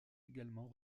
également